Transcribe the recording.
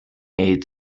eight